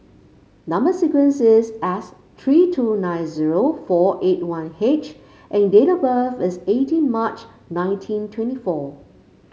number sequence is S three two nine zero four eight one H and date of birth is eighteen March nineteen twenty four